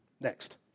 Next